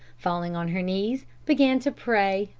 falling on her knees, began to pray,